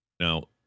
Now